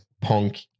punk